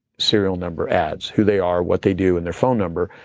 serial number ads who they are, what they do and their phone number.